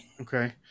okay